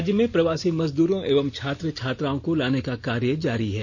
राज्य में प्रवासी मजदूरों एवं छात्र छात्राओं को लाने का कार्य जारी है